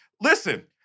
Listen